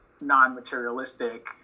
non-materialistic